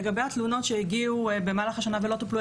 לגבי התלונות שהגיעו במהלך השנה ולא טופלו,